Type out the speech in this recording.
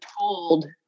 told